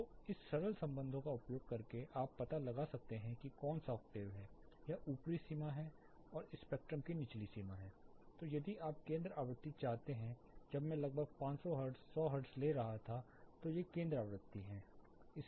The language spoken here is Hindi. तो इस सरल संबंधों का उपयोग करके आप पता लगा सकते हैं कि कौन सा ओक्टेव है यह ऊपरी सीमा है और स्पेक्ट्रम की निचली सीमा है तो यदि आप केंद्र आवृत्ति चाहते हैं जब मैं लगभग 500 हर्ट्ज 1000 हर्ट्ज ले रहा था तो ये केंद्र आवृत्ति हैं बैंड